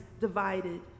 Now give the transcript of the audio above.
divided